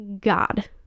God